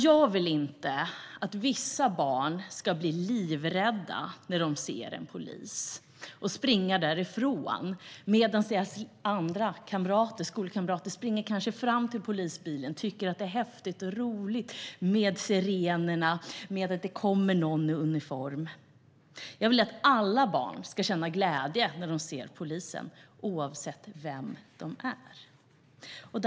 Jag vill inte att vissa barn ska bli livrädda när de ser en polis och springa därifrån medan deras skolkamrater kanske springer fram till polisbilen och tycker att det är häftigt och roligt med sirener och att det kommer någon i uniform. Jag vill att alla barn, oavsett vilka de är, ska känna glädje när de ser polisen.